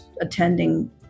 attending